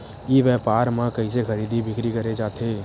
ई व्यापार म कइसे खरीदी बिक्री करे जाथे?